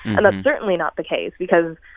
and that's certainly not the case because,